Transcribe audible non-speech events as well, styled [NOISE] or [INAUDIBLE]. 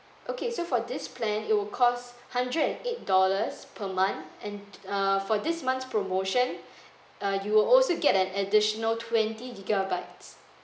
okay so for this plan it will cost hundred and eight dollars per month and uh for this month promotion [BREATH] uh you will also get an additional twenty gigabytes